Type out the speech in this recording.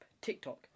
TikTok